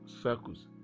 circles